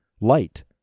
light